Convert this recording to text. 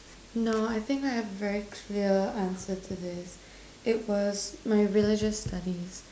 no I think I have very clear answer to this it was my religious study